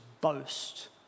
boast